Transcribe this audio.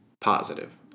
positive